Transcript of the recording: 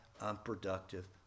unproductive